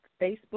Facebook